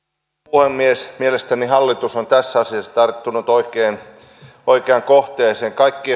puhemies mielestäni hallitus on tässä asiassa tarttunut oikeaan oikeaan kohteeseen kaikki